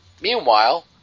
Meanwhile